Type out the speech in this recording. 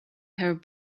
her